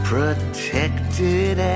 Protected